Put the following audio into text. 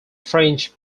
french